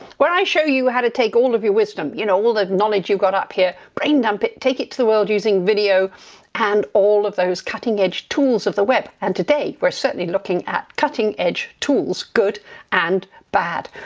where i show you how to take all of your wisdom you know all the knowledge you got up here brain dump it, take it to the world, using video and all of those cutting-edge tools of the web, and today we're certainly looking at cutting-edge tools good and bad.